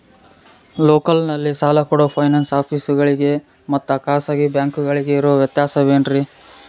ಲೋಕಲ್ನಲ್ಲಿ ಸಾಲ ಕೊಡೋ ಫೈನಾನ್ಸ್ ಆಫೇಸುಗಳಿಗೆ ಮತ್ತಾ ಖಾಸಗಿ ಬ್ಯಾಂಕುಗಳಿಗೆ ಇರೋ ವ್ಯತ್ಯಾಸವೇನ್ರಿ?